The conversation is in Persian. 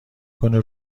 کنه